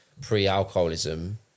pre-alcoholism